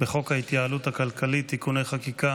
בחוק ההתייעלות הכלכלית (תיקוני חקיקה